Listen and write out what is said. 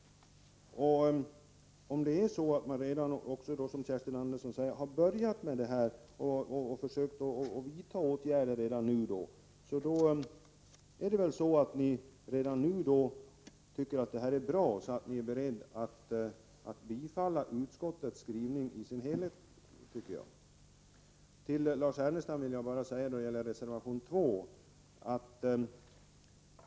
Om det förhåller sig så som Kerstin Andersson säger att man redan börjat vidta åtgärder, betyder väl det att ni tycker förslaget är bra, och då tycker jag att ni borde vara beredda att bifalla utskottets hemställan i dess helhet. Till Lars Ernestam vill jag bara säga följande vad gäller reservation 2.